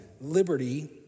liberty